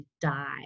die